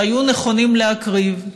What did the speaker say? שהיו נכונים להקריב.